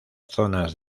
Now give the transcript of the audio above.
zonas